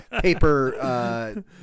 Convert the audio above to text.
paper